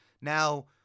Now